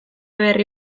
berri